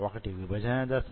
వొకటి విభజన దశ